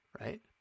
right